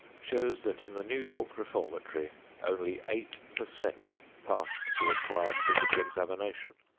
shows that in the new york reformatory only eight per cent passed the required physical examination.